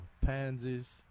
pansies